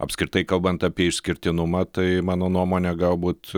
apskritai kalbant apie išskirtinumą tai mano nuomone galbūt